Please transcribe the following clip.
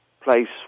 place